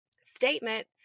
statement